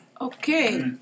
Okay